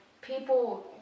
people